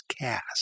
Cast